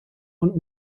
und